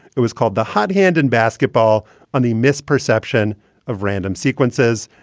it was called the hot hand in basketball on the misperception of random sequences.